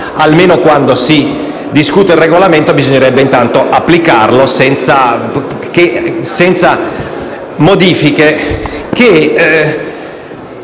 almeno quando si discute del Regolamento, bisognerebbe applicarlo senza modifiche.